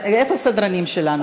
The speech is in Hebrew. איפה הסדרנים שלנו?